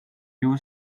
you